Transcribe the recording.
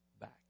back